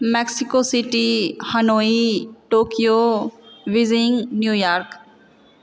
Mexico City Hanoi Tokyo Beijing New York